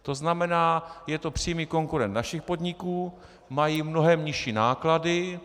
To znamená, je to přímý konkurent našich podniků, mají mnohem nižší náklady.